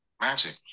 magic